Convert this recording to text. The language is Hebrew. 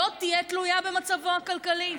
לא תהיה תלויה במצבו הכלכלי.